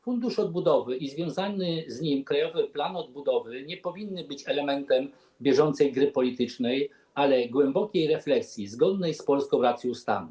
Fundusz Odbudowy i związany z nim Krajowy Plan Odbudowy nie powinny być elementem bieżącej gry politycznej, ale głębokiej refleksji zgodnej z polską racją stanu.